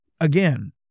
Again